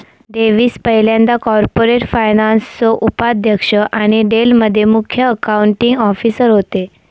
Davis पयल्यांदा corporate फायनान्सचो उपाध्यक्ष आणि डेल मध्ये मुख्य अकाउंटींग ऑफिसर होते